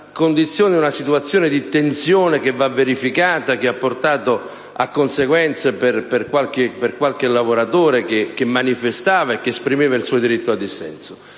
situazioni di tensione, che andranno verificate, e che hanno portato a conseguenze per qualche lavoratore che manifestava e che esprimeva il suo diritto al dissenso.